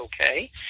okay